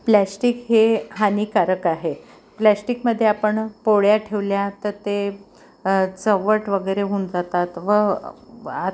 plastic हे हानिकारक आहे प्लॅश्टिकमध्ये आपण पोळ्या ठेवल्या तर ते चिवट वगैरे होऊन जातात व बात